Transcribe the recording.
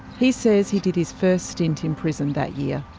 he says he did his first stint in prison that year.